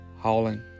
howling